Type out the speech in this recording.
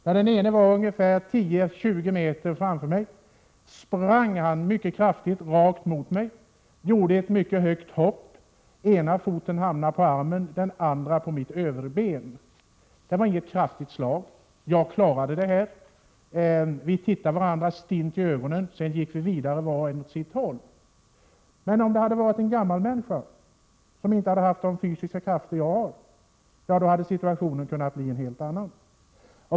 När den ene var 10—20 meter framför mig sprang han mycket kraftigt rakt emot mig och gjorde ett mycket högt hopp. Ena foten hamnade på min arm, den andra på mitt överben. Det var inget kraftigt slag. Jag klarade av det här. Vi tittade varandra stint i ögonen, sedan gick vi vidare var och en åt sitt håll. Men om det hade varit en gammal människa, som inte hade haft de fysiska krafter som jag har, ja, då hade situationen kunnat bli en helt annan.